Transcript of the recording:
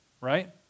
right